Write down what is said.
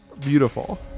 beautiful